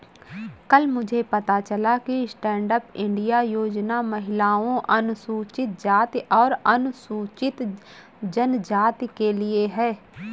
कल मुझे पता चला कि स्टैंडअप इंडिया योजना महिलाओं, अनुसूचित जाति और अनुसूचित जनजाति के लिए है